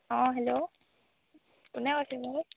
অঁ হেল্ল' কোনে কৈছে নো